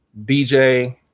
bj